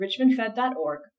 richmondfed.org